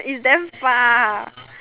is damn far